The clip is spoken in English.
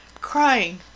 crying